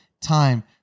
time